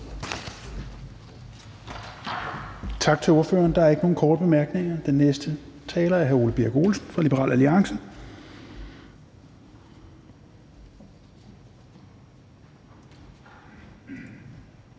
Tak til ordføreren. Der er ikke nogen korte bemærkninger. Den næste taler er hr. Ole Birk Olesen fra Liberal Alliance.